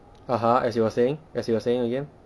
(uh huh) as you were saying as you were saying again